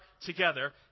together